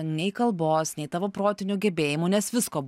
nei kalbos nei tavo protinių gebėjimų nes visko